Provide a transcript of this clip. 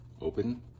Open